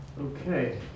Okay